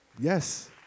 Yes